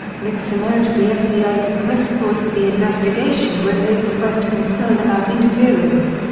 nixon urged the fbi to press forward with the investigation when they expressed concern about interference.